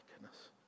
goodness